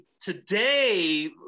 today